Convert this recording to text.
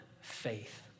faith